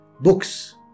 books